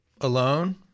alone